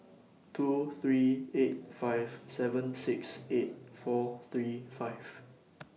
two three eight five seven six eight four three five